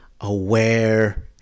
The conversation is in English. aware